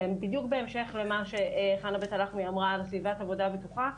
הן בדיוק בהמשך למה שחנה בית הלחמי אמרה על סביבת עבודה בטוחה,